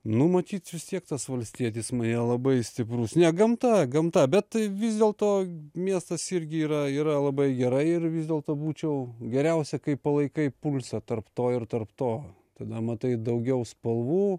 nu matyt vis tiek tas valstietis manyje labai stiprus ne gamta gamta bet tai vis dėlto miestas irgi yra yra labai gerai ir vis dėlto būčiau geriausia kai palaikai pulsą tarp to ir tarp to tada matai daugiau spalvų